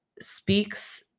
speaks